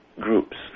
groups